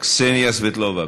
קסניה סבטלובה,